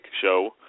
show